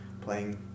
playing